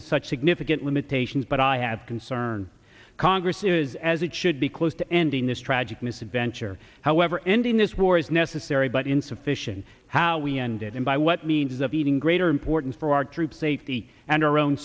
with such significant limitations but i have concern congress is as it should be close to ending this tragic misadventure however ending this war is necessary but insufficient how we ended and by what means of even greater importance for our troops safety and our own